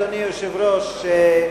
אדוני היושב-ראש,